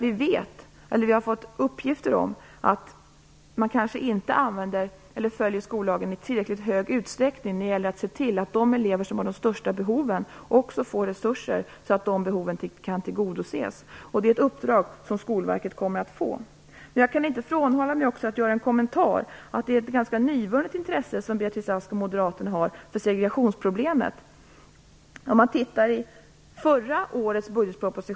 Vi har fått uppgifter om att man kanske inte följer skollagen i tillräckligt stor utsträckning när det gäller att se till att de elever som har de största behoven också får resurser så att behoven kan tillgodoses. Det är ett uppdrag som Skolverket kommer att få. Jag kan inte avhålla mig från att kommentera att det är ett ganska nyvunnet intresse som Beatrice Ask och Moderaterna har för segregationsproblemet.